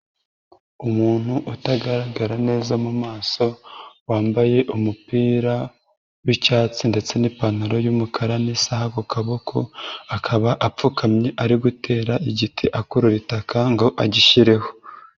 Umuntu utagaragara neza mu maso, wambaye umupira w'icyatsi ndetse n'ipantaro y'umukara n'isaha ku kaboko, akaba apfukamye ari gutera igiti akurura itaka ngo agishyireho.